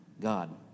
God